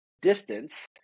distance